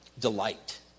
delight